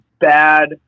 bad